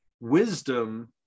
wisdom